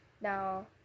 now